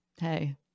Hey